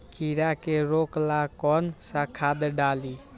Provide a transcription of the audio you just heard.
कीड़ा के रोक ला कौन सा खाद्य डाली?